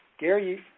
Gary